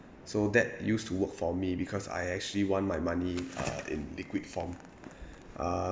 so that used to work for me because I actually want my money uh in liquid form uh